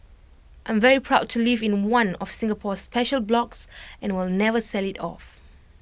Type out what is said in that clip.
I'm very proud to live in one of Singapore's special blocks and will never sell IT off